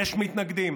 יש מתנגדים,